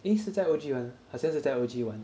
eh 是在 O_G 玩好像是在 O_G 玩